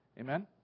Amen